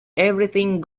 everything